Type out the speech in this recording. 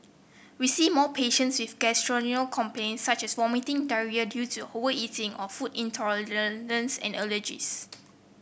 we see more patients with gastrointestinal complaints such as vomiting diarrhoea due to overeating or food and allergies